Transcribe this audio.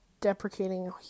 deprecating